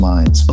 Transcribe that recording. Minds